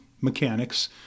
mechanics